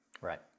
Right